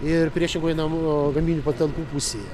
ir priešingoje namo gamybinių patalpų pusėje